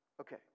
Okay